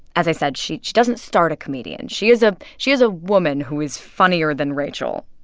as i said, she doesn't start a comedian. she is ah she is a woman who is funnier than rachel.